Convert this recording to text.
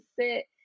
sit